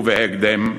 ובהקדם האפשרי.